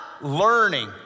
learning